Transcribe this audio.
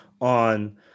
on